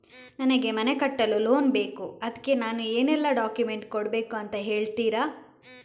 ನನಗೆ ಮನೆ ಕಟ್ಟಲು ಲೋನ್ ಬೇಕು ಅದ್ಕೆ ನಾನು ಏನೆಲ್ಲ ಡಾಕ್ಯುಮೆಂಟ್ ಕೊಡ್ಬೇಕು ಅಂತ ಹೇಳ್ತೀರಾ?